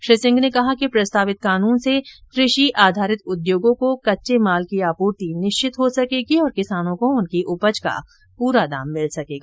श्री सिंह ने कहा कि प्रस्तावित कानून से कृषि आधारित उद्योगों को कच्चे माल की आपूर्ति निश्चित हो सकेगी और किसानों को उनकी उपज का पूरा दाम मिल सकेगा